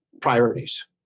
priorities